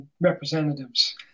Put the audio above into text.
representatives